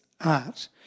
art